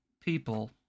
people